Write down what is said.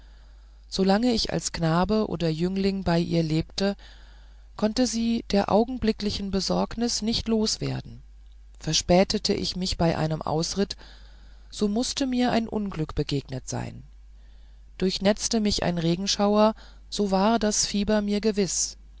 solange ich als knabe oder jüngling bei ihr lebte konnte sie der augenblicklichen besorgnisse nicht los werden verspätete ich mich bei einem ausritt so mußte mir ein unglück begegnet sein durchnetzte mich ein regenschauer so war das fieber mir gewiß